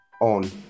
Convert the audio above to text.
on